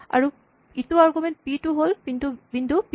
আৰু ইটো argument P two হ'ল বিন্দু পি